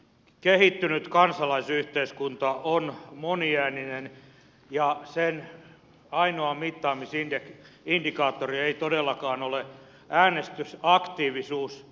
kehittynyt kansalaisyhteiskunta on moniääninen ja sen ainoa mittaamisindikaattori ei todellakaan ole äänestysaktiivisuus